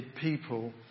people